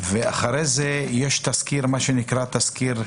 ואחרי זה יש תסקיר קהילתי,